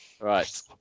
right